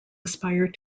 aspire